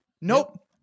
nope